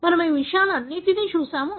మనము ఈ విషయాలన్నీ చూశాము